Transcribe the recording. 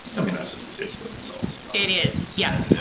i mean that's just ridiculous. so it is, yeah.